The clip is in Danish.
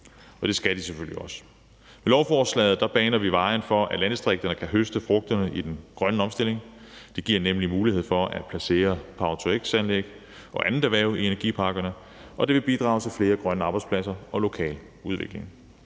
og det skal de selvfølgelig også. Med lovforslaget baner vi vejen for, at landdistrikterne kan høste frugterne af den grønne omstilling. Det giver nemlig mulighed for at placere power-to-x-anlæg og andet erhverv i energiparkerne, og det vil bidrage til flere grønne arbejdspladser og lokal udvikling.